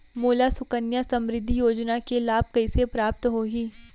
मोला सुकन्या समृद्धि योजना के लाभ कइसे प्राप्त होही?